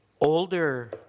older